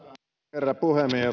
herra puhemies